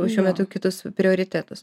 šiuo metu kitus prioritetus